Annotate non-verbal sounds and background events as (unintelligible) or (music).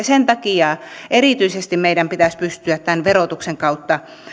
(unintelligible) sen takia erityisesti meidän pitäisi pystyä tämän verotuksen kautta